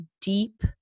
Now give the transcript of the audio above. deep